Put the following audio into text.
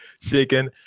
shaking